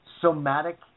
somatic